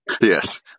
yes